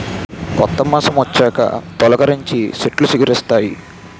కొత్త మాసమొచ్చాక తొలికరించి సెట్లు సిగిరిస్తాయి